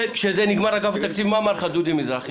כשנגמר אגף התקציבים, מה אמר לך דודי מזרחי?